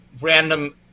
random